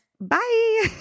Bye